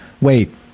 wait